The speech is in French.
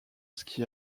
ski